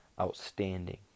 outstanding